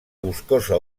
boscosa